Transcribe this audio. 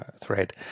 thread